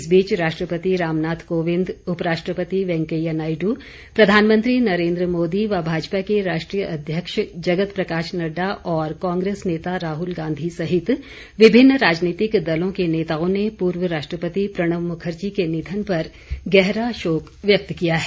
इस बीच राष्ट्रपति रामनाथ कोविंद उपराष्ट्रपति वैंकेया नायडू प्रधानमंत्री नरेंद्र मोदी व भाजपा के राष्ट्रीय अध्यक्ष जगत प्रकाश नड्डा और कांग्रेस नेता राहुल गांधी सहित विभिन्न राजनीतिक दलों के नेताओं ने पूर्व राष्ट्रपति प्रणब मुखर्जी के निधन पर गहरा शोक व्यक्त किया है